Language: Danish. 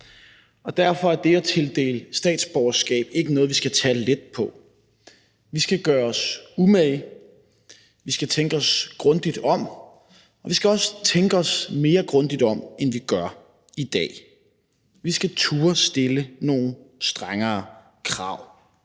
Derfor er det at tildele statsborgerskab ikke noget, vi skal tage let på. Vi skal gøre os umage, vi skal tænke os grundigt om, vi skal også tænke os mere grundigt om, end vi gør i dag. Vi skal turde stille nogle strengere krav,